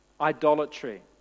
idolatry